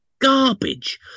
garbage